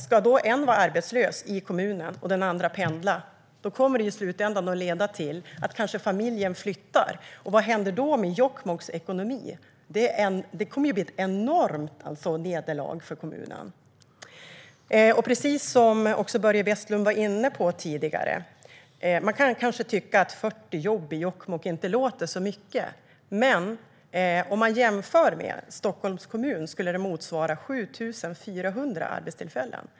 Ska en vara arbetslös i kommunen och den andra pendla kommer det i slutändan att leda till att familjen kanske flyttar, och vad händer då med Jokkmokks ekonomi? Det kommer att bli ett enormt nederlag för kommunen. Precis som Börje Vestlund var inne på tidigare kan man kanske tycka att 40 jobb i Jokkmokk inte låter mycket, men om man jämför med Stockholms kommun motsvarar det 7 400 arbetstillfällen.